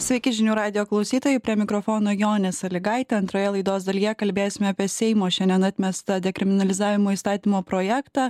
sveiki žinių radijo klausytojai prie mikrofono jonė salygaitė antroje laidos dalyje kalbėsime apie seimo šiandien atmestą dekriminalizavimo įstatymo projektą